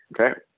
Okay